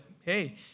Hey